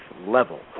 level